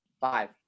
Five